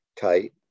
tight